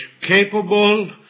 capable